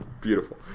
beautiful